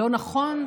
לא נכון,